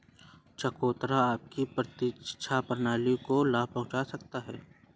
चकोतरा आपकी प्रतिरक्षा प्रणाली को लाभ पहुंचा सकता है